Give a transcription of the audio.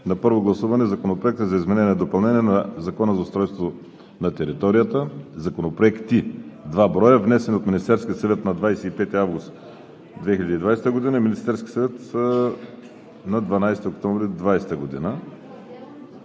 към първо гласуване на Законопроекта за изменение и допълнение на Закона за устройство на територията –два броя законопроекти, внесени от Министерския съвет на 25 август 2020 г. и от Министерския съвет на 12 октомври 2020 г.